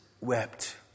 wept